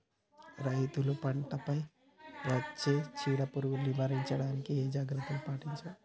రైతులు పంట పై వచ్చే చీడ పురుగులు నివారించడానికి ఏ జాగ్రత్తలు పాటించాలి?